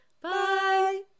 Bye